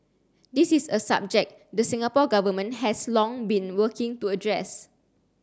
this is a subject the Singapore Government has long been working to address